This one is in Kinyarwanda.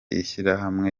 ishyirahamwe